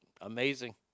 amazing